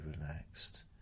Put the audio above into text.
relaxed